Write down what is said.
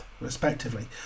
respectively